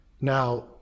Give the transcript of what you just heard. Now